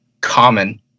common